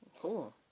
Cool